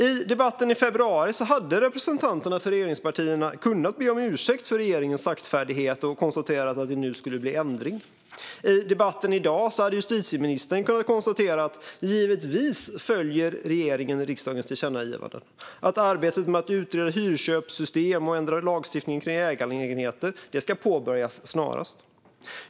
I debatten i februari hade representanterna för regeringspartierna kunnat be om ursäkt för regeringens saktfärdighet och konstatera att det nu skulle bli ändring. I debatten i dag hade justitieministern kunnat konstatera att regeringen givetvis följer riksdagens tillkännagivanden och att arbetet med att utreda hyrköpssystem och ändrad lagstiftning kring ägarlägenheter ska påbörjas snarast.